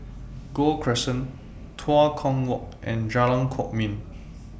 Gul Crescent Tua Kong Walk and Jalan Kwok Min